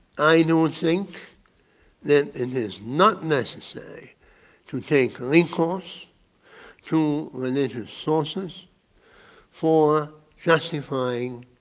i don't think that it is not necessary to take recourse to religious sources for justifying